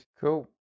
Cool